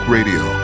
Radio